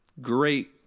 great